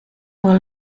will